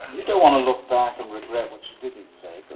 you don't want to look back and regret what you didn't say.